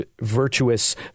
virtuous